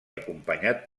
acompanyat